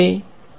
N નું મૂલ્ય હશે